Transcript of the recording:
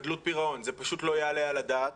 זה פשוט לא יעלה על הדעת.